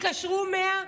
התקשרו 100,